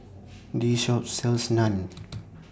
This Shop sells Naan